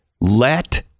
Let